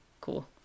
cool